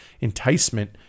enticement